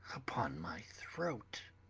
upon my throat!